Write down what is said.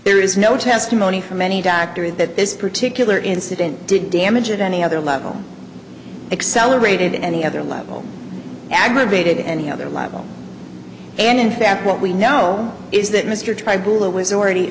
there is no testimony from any doctor that this particular incident did damage of any other level accelerated in any other level aggravated any other level and in fact what we know is that mr tribal was already